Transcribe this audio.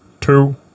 Two